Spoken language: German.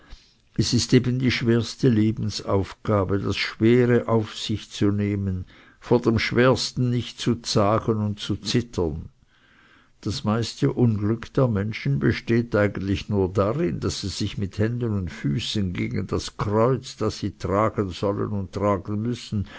es ist eben die schwerste lebensaufgabe das schwere auf sich zu nehmen vor dem schwersten nicht zu zagen und zu zittern das meiste unglück der menschen besteht eigentlich nur darin daß sie sich mit händen und füßen gegen das kreuz das sie tragen sollen und tragen müssen